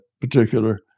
particular